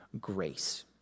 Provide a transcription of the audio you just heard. grace